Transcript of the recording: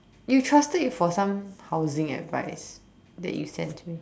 you trusted it for some housing advise that you sent me